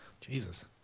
Jesus